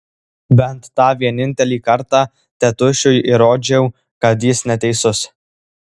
bent tą vienintelį kartą tėtušiui įrodžiau kad jis neteisus